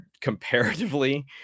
comparatively